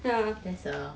that's a